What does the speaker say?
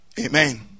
Amen